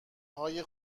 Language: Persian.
های